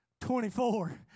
24